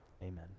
Amen